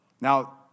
Now